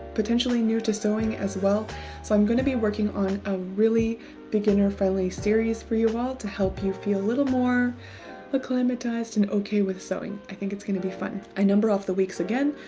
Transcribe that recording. potentially new to sewing as well so i'm gonna be working on a really beginner-friendly series for you all to help you feel a little more acclimatized and okay with sewing. i think it's gonna be fun. i number off the weeks again,